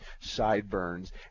sideburns